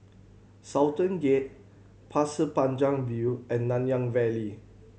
Sultan Gate Pasir Panjang View and Nanyang Valley